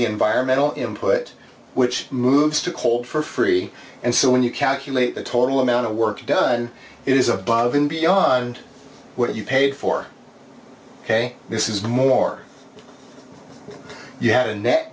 the environmental him put which moves to cold for free and so when you calculate the total amount of work done it is above and beyond what you paid for ok this is more you have a net